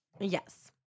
Yes